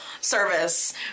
service